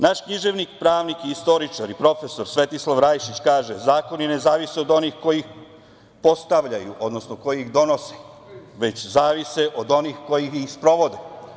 Naš književnik, pravnik, istoričar i profesor, Svetislav Rajačić kaže - Zakoni ne zavise od onih koji ih postavljaju, odnosno koji ih donose, već zavise od onih koji ih sprovode.